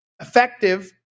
effective